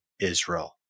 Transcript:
Israel